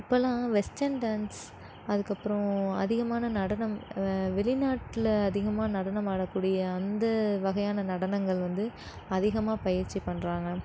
இப்போல்லாம் western dance அதுக்கப்புறோம் அதிகமான நடனம் வெளிநாட்டில் அதிகமாக நடனம் ஆடக்கூடிய அந்த வகையான நடனங்கள் வந்து அதிகமாக பயிற்சி பண்ணுறாங்க